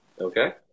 Okay